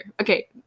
Okay